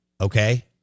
Okay